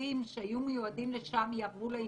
התקציבים שהיו מיועדים לשם יעברו לעיתונות?